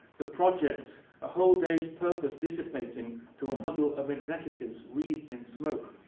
the project, a whole day's purpose dissipating to a huddle of executives wreathed in smoke.